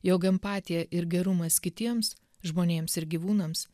jog empatija ir gerumas kitiems žmonėms ir gyvūnams